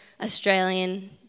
Australian